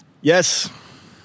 Yes